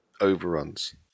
overruns